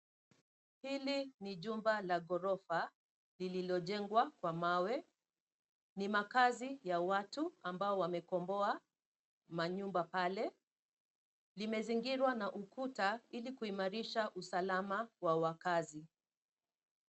Hili ni jumba la ghorofa lililojengwa kwa mawe. Ni makazi ya watu ambao wamekomboa manyumba pale. Limezingirwa na ukuta ili kuimarisha usalama wa wakazi.